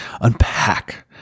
unpack